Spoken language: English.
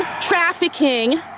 trafficking